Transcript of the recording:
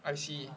I see